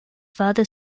further